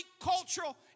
cultural